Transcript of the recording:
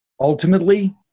ultimately